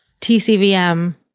tcvm